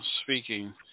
speaking